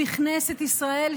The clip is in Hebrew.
בכנסת ישראל,